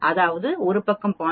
அதாவது இந்த பக்கம் 0